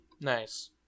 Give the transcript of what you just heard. Nice